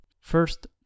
First